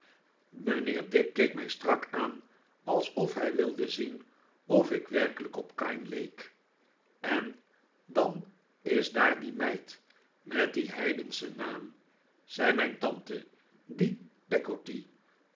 mijnheer dick keek mij strak aan alsof hij wilde zien of ik werkelijk op ka'in leek en dan is daar die meid met dien heidenschen naam zei mijn tante die